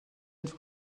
ens